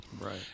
right